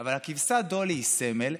אבל הכבשה דולי היא סמל.